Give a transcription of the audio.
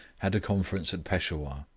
had a conference at peshawur.